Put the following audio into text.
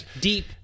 deep